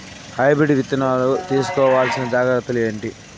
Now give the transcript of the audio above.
Hybrid విత్తనాలు తీసుకోవాల్సిన జాగ్రత్తలు ఏంటి?